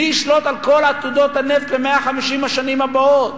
מי ישלוט על כל עתודות הנפט ב-150 השנים הבאות.